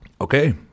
Okay